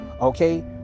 Okay